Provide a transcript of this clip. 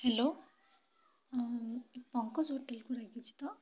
hello Pankaj hotel କୁ ଲାଗିଛି ତ